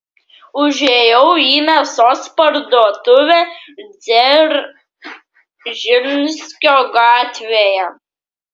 užėjau į mėsos parduotuvę dzeržinskio gatvėje